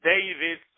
David